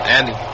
Andy